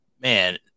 man